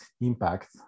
impact